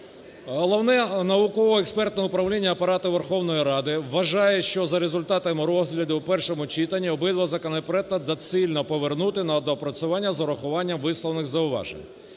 Головне науково-експертне управління Апарату Верховної Ради вважає, що за результатами розгляду в першому читанні обидва законопроекти доцільно повернути на доопрацювання з врахуванням висловлених зауважень.